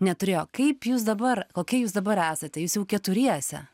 neturėjo kaip jūs dabar kokie jūs dabar esate jūs jau keturiese